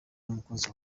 n’umukunzi